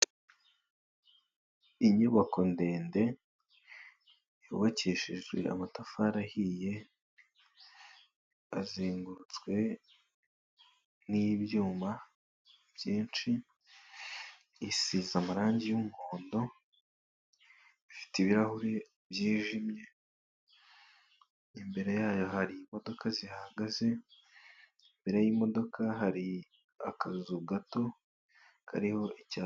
Inyubako ndende yubakishijwe amatafari ahiye, azengurutswe n'ibyuma byinshi, isize amarange y'umuhondo, ifite ibirahure byijimye, imbere yayo hari imodoka zihahagaze, imbere y'imodoka hari akazu gato kariho icyapa.